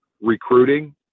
recruiting